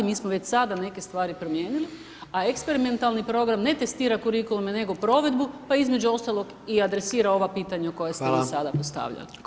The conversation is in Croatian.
Mi smo već sada neke stvari promijenili, a eksperimentalni program ne testira kurikulume, nego provedbu, pa između ostaloga i adresira ova pitanja [[Upadica: Hvala]] koja ste vi sada postavljali.